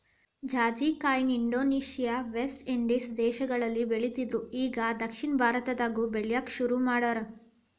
ಜಾಜಿಕಾಯಿನ Indonesia, West Indies ದೇಶಗಳಲ್ಲಿ ಬೆಳಿತ್ತಿದ್ರು ಇಗಾ ದಕ್ಷಿಣ ಭಾರತದಾಗು ಬೆಳ್ಯಾಕ ಸುರು ಮಾಡ್ಯಾರ